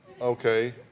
Okay